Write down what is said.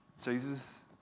Jesus